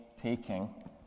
taking